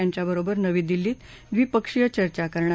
यांच्याबरोबर नवी दिल्लीत द्विपक्षीय चर्चा करणार